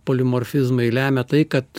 polimorfizmai lemia tai kad